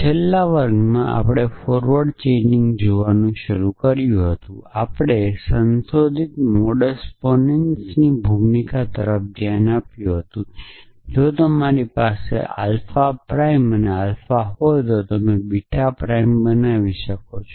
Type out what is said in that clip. છેલ્લા વર્ગમાં આપણે ફોરવર્ડ ચેઇનિંગ જોવાનું શરૂ કર્યું હતું આપણે સંશોધિત મોડસ પોનેનસ ની ભૂમિકા તરફ ધ્યાન આપ્યું હતું કે જો તમારી પાસે આલ્ફા પ્રાઇમ અને આલ્ફા હોય તો તમે બીટા પ્રાઇમ બનાવી શકો છો